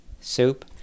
Soup